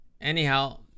Anyhow